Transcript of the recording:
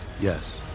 Yes